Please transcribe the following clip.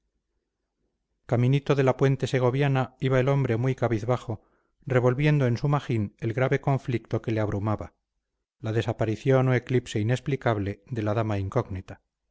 caminito de la puente segoviana iba el hombre muy cabizbajo revolviendo en su magín el grave conflicto que le abrumaba la desaparición o eclipse inexplicable de la dama incógnita